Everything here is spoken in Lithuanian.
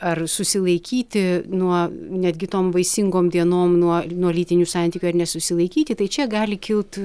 ar susilaikyti nuo netgi tom vaisingom dienom nuo nuo lytinių santykių ar nesusilaikyti tai čia gali kilt